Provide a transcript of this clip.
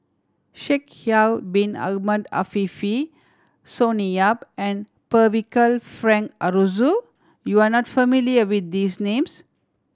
Shaikh Yahya Bin Ahmed Afifi Sonny Yap and Percival Frank Aroozoo you are not familiar with these names